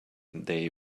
they